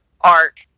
art